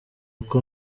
uko